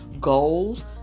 Goals